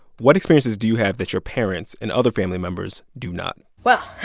what experiences do you have that your parents and other family members do not? well,